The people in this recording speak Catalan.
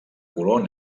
color